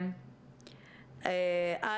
יצאו לחל"ת.